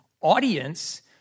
audience